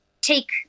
take